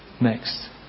next